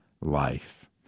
life